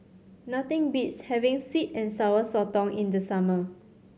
nothing beats having sweet and Sour Sotong in the summer